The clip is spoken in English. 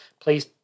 please